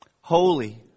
holy